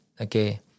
okay